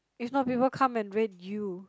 if not people come and raid you